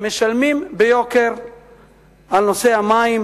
משלמים ביוקר על המים.